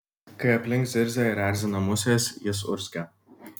kai aplink zirzia ir erzina musės jis urzgia